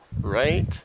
right